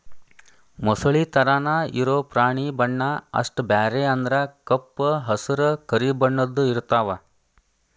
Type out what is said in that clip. ಮೊಸಳಿ ತರಾನ ಇರು ಪ್ರಾಣಿ ಬಣ್ಣಾ ಅಷ್ಟ ಬ್ಯಾರೆ ಅಂದ್ರ ಕಪ್ಪ ಹಸರ, ಕರಿ ಬಣ್ಣದ್ದು ಇರತಾವ